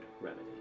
remedy